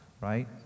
right